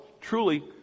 truly